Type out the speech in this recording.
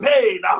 pain